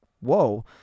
whoa